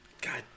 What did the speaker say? god